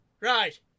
Right